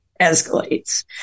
escalates